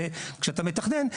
כשאתה מתכנן,